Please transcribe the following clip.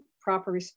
proper